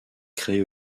crée